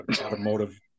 automotive